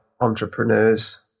entrepreneurs